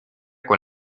con